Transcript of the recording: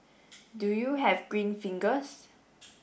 do you have green fingers